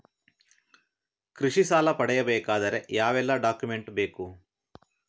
ಕೃಷಿ ಸಾಲ ಪಡೆಯಬೇಕಾದರೆ ಯಾವೆಲ್ಲ ಡಾಕ್ಯುಮೆಂಟ್ ಬೇಕು?